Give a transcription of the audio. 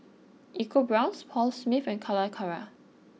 EcoBrown's Paul Smith and Calacara